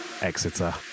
Exeter